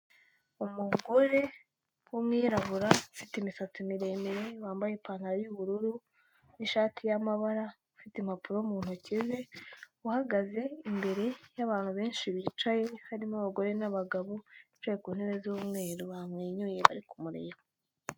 Umugore w'umwirabura, ufite imisatsi miremire, wambaye ipantaro y'ubururu n'ishati y'amabara, ufite impapuro mu ntoki ze, uhagaze imbere y'abantu benshi bicaye, harimo abagore n'abagabo bicaye ku ntebe z'umweru bamwenyuye bari kumureba.